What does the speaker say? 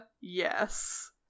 yes